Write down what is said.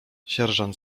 sierżant